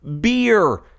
Beer